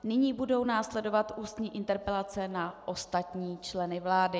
Nyní budou následovat ústní interpelace na ostatní členy vlády.